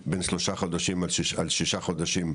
בין שלושה חודשים עד שישה חודשים,